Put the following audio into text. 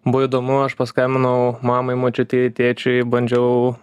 buvo įdomu aš paskambinau mamai močiutei tėčiui bandžiau